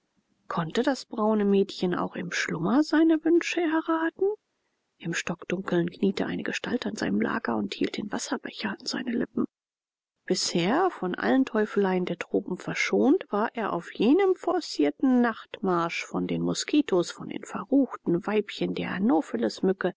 konnte das braune mädchen auch im schlummer seine wünsche erraten im stockdunklen kniete eine gestalt an seinem lager und hielt den wasserbecher an seine lippen bisher von allen teufeleien der tropen verschont war er auf jenem forcierten nachtmarsch von den moskitos von den verruchten weibchen der